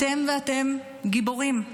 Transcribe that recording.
אתם ואתן גיבורים,